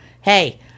hey